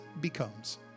becomes